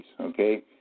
okay